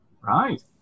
Right